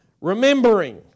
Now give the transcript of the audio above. Remembering